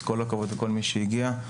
אז כל הכבוד למי שהגיע.